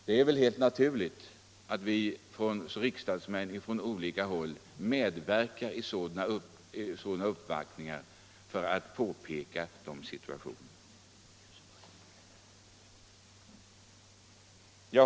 Det är väl helt naturligt att vi riksdagsmän från olika håll medverkar i sådana uppvaktningar för att peka på de situationerna.